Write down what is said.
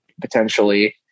potentially